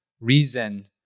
reason